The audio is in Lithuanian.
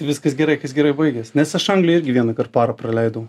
viskas gerai kas gerai baigias nes aš anglijoj irgi vienąkart parą praleidau